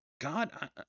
God